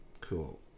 cool